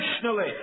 personally